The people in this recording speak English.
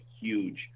huge